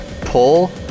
pull